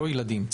לא ילדים,